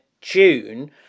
June